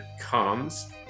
comes